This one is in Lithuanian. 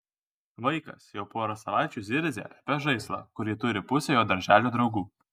vaikas jau porą savaičių zirzia apie žaislą kurį turi pusė jo darželio draugų